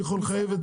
לחייב,